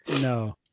No